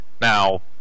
now